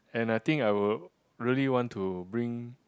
and I think I will really want to bring